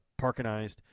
parkinized